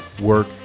work